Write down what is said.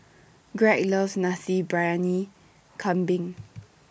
Greg loves Nasi Briyani Kambing